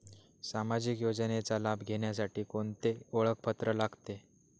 सामाजिक योजनेचा लाभ घेण्यासाठी कोणते ओळखपत्र लागते?